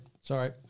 sorry